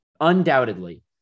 undoubtedly